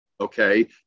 okay